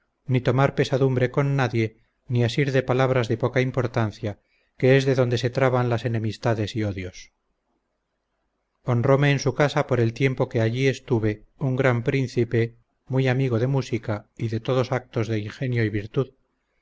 ni tomar pesadumbre con nadie ni asir de palabras de poca importancia que es de donde se traban las enemistades y odios honróme en su casa por el tiempo que allí estuve un gran príncipe muy amigo de música y de todos actos de ingenio y virtud